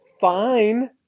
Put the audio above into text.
fine